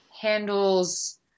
handles